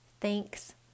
thanks